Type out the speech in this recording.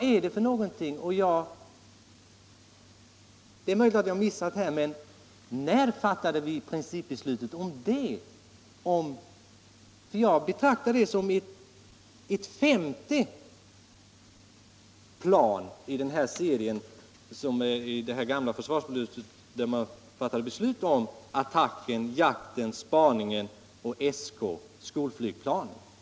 Men vad är AJ 37 för någonting? När fattade vi principbeslutet om det? Jag betraktar det som ett femte plan i den här serien. Det gamla försvarsbeslutet gällde attacken, jakten, spaningen och skolflygplanet.